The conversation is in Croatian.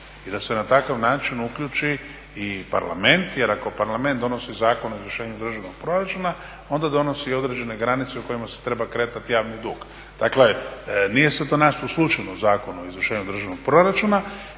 i da se na takav način uključi i Parlament, jer ako Parlament donosi Zakon o izvršenju državnog proračuna onda donosi i određene granice u kojima se treba kretati javni dug. Dakle, nije sad to nastalo slučajno u Zakonu o izvršenju državnog proračuna